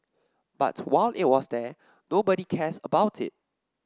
but while it was there nobody cares about it